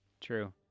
true